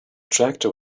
tractor